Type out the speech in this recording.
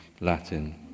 Latin